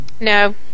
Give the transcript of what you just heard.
No